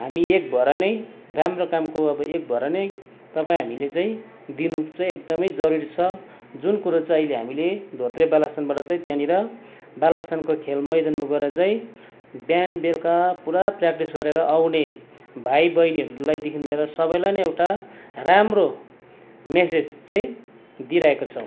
हामी एक भएर नै राम्रो कामको अब एक भएर नै तपाईँ हामीले चाहिँ दिनु चाहिँ एकदमै जरुरी छ जुन कुरो चाहिँ अहिले हामीले धोत्रे बालासनबाट चाहिँ त्यहाँनेर बालासनको खेल मैदानमा गएर चाहिँ बिहान बेलुका पुरा पर्याक्टिस गरेर आउने भाइ बहिनीहरूलाई देखि लिएर सबैलाई नै एउटा राम्रो मेसेज चाहिँ दिइरहेको छौँ